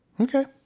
Okay